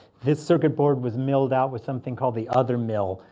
this circuit board was milled out with something called the othermill.